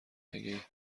اگه